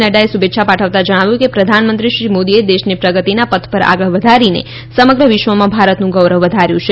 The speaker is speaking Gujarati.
નફાએ શુભેચ્છા પાઠવતા જણાવ્યું કે પ્રધાનમંત્રી શ્રી મોદીએ દેશને પ્રગતિના પથ પર આગળ વધારીને સમગ્ર વિશ્વમાં ભારતનું ગૌરવ વધાર્યું છે